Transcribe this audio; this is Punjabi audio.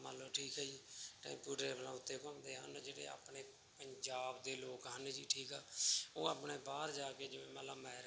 ਮੰਨ ਲਓ ਠੀਕ ਹੈ ਜੀ ਟੈਂਪੂ ਟਰੈਵਲਾਂ ਉੱਤੇ ਘੁੰਮਦੇ ਹਨ ਜਿਹੜੇ ਆਪਣੇ ਪੰਜਾਬ ਦੇ ਲੋਕ ਹਨ ਜੀ ਠੀਕ ਆ ਉਹ ਆਪਣੇ ਬਾਹਰ ਜਾ ਕੇ ਜਿਵੇਂ ਮਤਲਬ ਅਮੈਰੀਕਾ